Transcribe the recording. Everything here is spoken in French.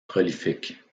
prolifique